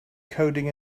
coding